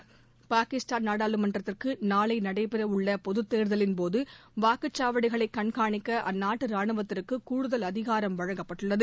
போது பாகிஸ்தான் நாடாளுமன்றத்திற்கு நாளை நடைபெற உள்ள பொதுத் தேர்தலின் வாக்குச்சாவடிகளை கண்காணிக்க அந்நாட்டு ரானுவத்திற்கு கூடுதல் அதிகாரம் வழங்கப்பட்டுள்ளது